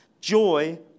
Joy